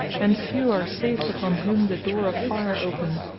and few are saved upon whom the door of fire openeth.